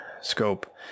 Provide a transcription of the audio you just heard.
scope